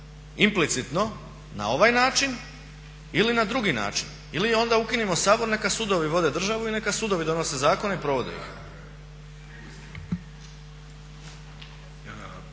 implicitno na ovaj način ili na drugi način ili onda ukinimo Sabor, neka sudovi vode državu i neka sudovi donose zakone i provode ih.